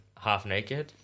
half-naked